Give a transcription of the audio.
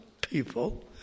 people